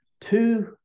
two